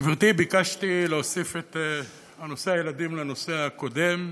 גברתי, ביקשתי להוסיף את נושא הילדים לנושא הקודם,